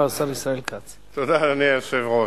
תודה, אדוני היושב-ראש.